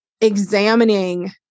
examining